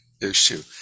issue